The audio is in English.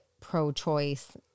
pro-choice